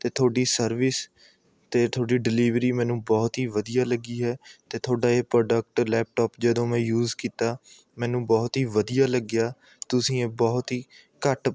ਅਤੇ ਤੁਹਾਡੀ ਸਰਵਿਸ ਅਤੇ ਤੁਹਾਡੀ ਡਿਲੀਵਰੀ ਮੈਨੂੰ ਬਹੁਤ ਹੀ ਵਧੀਆ ਲੱਗੀ ਹੈ ਅਤੇ ਤੁਹਾਡਾ ਇਹ ਪ੍ਰੋਡਕਟ ਲੈਪਟੋਪ ਜਦੋਂ ਮੈਂ ਯੂਜ਼ ਕੀਤਾ ਮੈਨੂੰ ਬਹੁਤ ਹੀ ਵਧੀਆ ਲੱਗਿਆ ਤੁਸੀਂ ਇਹ ਬਹੁਤ ਹੀ ਘੱਟ